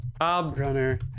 Runner